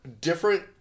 different